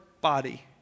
body